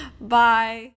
bye